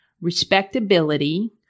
respectability